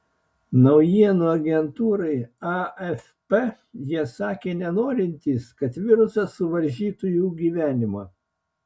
naujienų agentūrai afp jie sakė nenorintys kad virusas suvaržytų jų gyvenimą